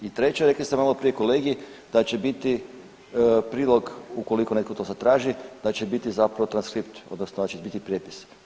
I treće, rekli ste malo prije kolegi da će biti prilog ukoliko netko to zatraži, da će biti zapravo transkript odnosno da će biti prijepis.